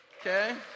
Okay